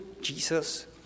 Jesus